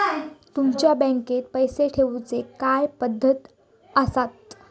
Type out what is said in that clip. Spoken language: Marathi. तुमच्या बँकेत पैसे ठेऊचे काय पद्धती आसत?